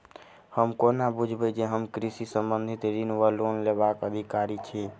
हम कोना बुझबै जे हम कृषि संबंधित ऋण वा लोन लेबाक अधिकारी छी?